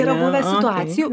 yra buvę situacijų